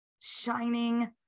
shining